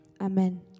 Amen